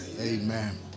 Amen